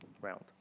round